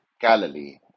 Galilee